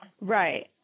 Right